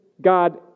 God